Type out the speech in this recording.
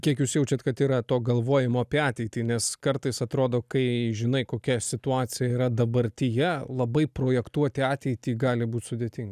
kiek jūs jaučiat kad yra to galvojimo apie ateitį nes kartais atrodo kai žinai kokia situacija yra dabartyje labai projektuoti ateitį gali būt sudėtinga